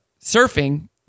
surfing